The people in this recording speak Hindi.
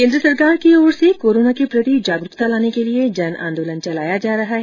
केन्द्र सरकार की ओर कोरोना के प्रति जागरूकता लाने के लिए जन आंदोलन चलाया जा रहा है